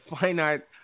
finite